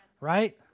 Right